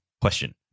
Question